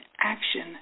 action